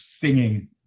singing